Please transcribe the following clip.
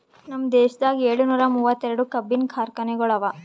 ನಮ್ ದೇಶದಾಗ್ ಏಳನೂರ ಮೂವತ್ತೆರಡು ಕಬ್ಬಿನ ಕಾರ್ಖಾನೆಗೊಳ್ ಅವಾ